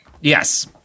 Yes